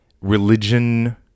religion